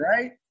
Right